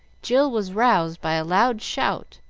jill was roused by a loud shout,